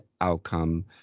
outcome